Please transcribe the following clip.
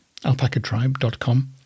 alpacatribe.com